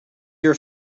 your